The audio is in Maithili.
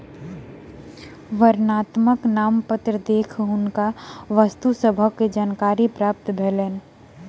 वर्णनात्मक नामपत्र देख हुनका वस्तु सभक जानकारी प्राप्त भेलैन